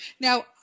now